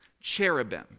cherubim